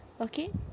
Okay